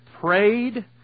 prayed